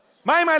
מה עם העקרונות?